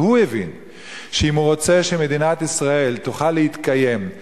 והוא הבין שאם הוא רוצה שמדינת ישראל תוכל להתקיים,